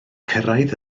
cyrraedd